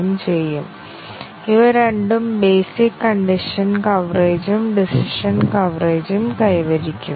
ഒരു കാര്യം നിങ്ങൾ ആവശ്യത്തിന് ബ്ലാക്ക് ബോക്സ് ടെസ്റ്റിംഗ് നടത്തുകയാണെങ്കിൽ വൈറ്റ് ബോക്സ് ടെസ്റ്റിംഗ് ആവശ്യമാണോ എന്ന് ഞങ്ങൾക്ക് വ്യക്തമായിരിക്കണം